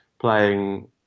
playing